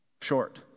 short